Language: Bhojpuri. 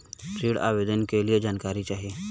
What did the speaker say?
ऋण आवेदन के लिए जानकारी चाही?